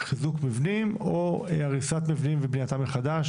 חיזוק מבנים או הריסת מבנים ובנייתם מחדש?